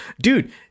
Dude